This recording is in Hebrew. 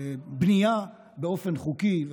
בנייה באופן חוקי,